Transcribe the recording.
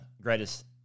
greatest